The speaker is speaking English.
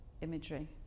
imagery